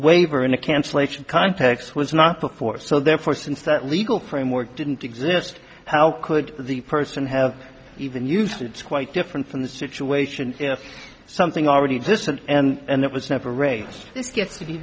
waiver in a cancellation context was not before so therefore since that legal framework didn't exist how could the person have even used it's quite different from the situation if something already existed and it was never raised it gets to be